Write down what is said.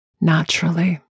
naturally